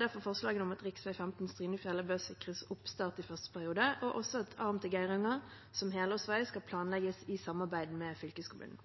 derfor forslagene om at rv. 15 Strynefjellet bør sikres oppstart i første periode, og også at en arm til Geiranger som helårsvei skal planlegges i samarbeid med fylkeskommunen.